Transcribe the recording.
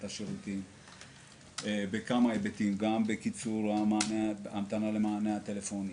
השירותים בכמה היבטים: גם בקיצור ההמתנה למענה הטלפוני,